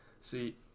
See